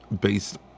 based